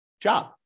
job